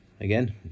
Again